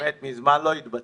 באמת מזמן לא התבטאתי.